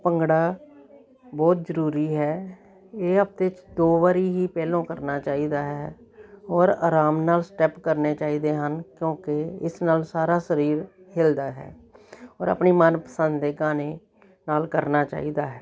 ਭੰਗੜਾ ਬਹੁਤ ਜ਼ਰੂਰੀ ਹੈ ਇਹ ਹਫਤੇ 'ਚ ਦੋ ਵਾਰੀ ਹੀ ਪਹਿਲੋਂ ਕਰਨਾ ਚਾਹੀਦਾ ਹੈ ਔਰ ਆਰਾਮ ਨਾਲ ਸਟੈਪ ਕਰਨੇ ਚਾਹੀਦੇ ਹਨ ਕਿਉਂਕਿ ਇਸ ਨਾਲ ਸਾਰਾ ਸਰੀਰ ਹਿਲਦਾ ਹੈ ਔਰ ਆਪਣੀ ਮਨ ਪਸੰਦ ਦੇ ਗਾਣੇ ਨਾਲ ਕਰਨਾ ਚਾਹੀਦਾ ਹੈ